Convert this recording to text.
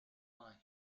eye